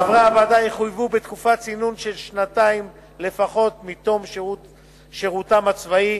חברי הוועדה יחויבו בתקופת צינון של שנתיים לפחות מתום שירותם הצבאי,